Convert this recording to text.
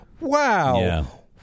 wow